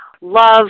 Love